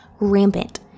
rampant